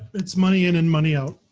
it's money in and money out.